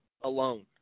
alone